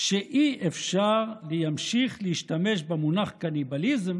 שאי-אפשר להמשיך להשתמש במונח קניבליזם